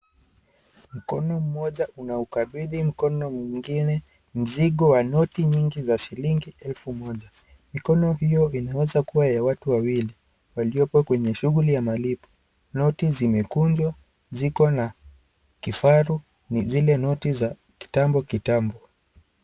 Mkono mmoja unaukabithi mkono mwingine mzigo wa noti nyingi za shilingi elfu moja ,mikono hiyo inaweza kuwa ya watu wawili waliko kwenye shughuli ya malipo, noti zimekunjwa ziko na kifaru ni zile noti za kitambo kitambo.